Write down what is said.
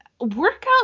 workout